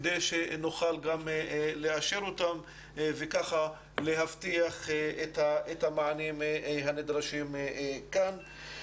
כדי שנוכל לאשר אותן וכך להבטיח את המענים הנדרשים כאן.